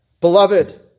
Beloved